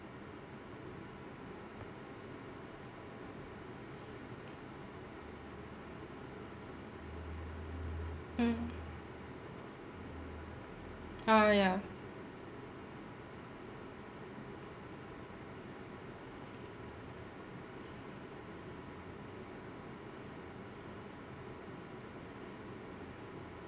mm ah ya